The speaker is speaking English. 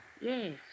Yes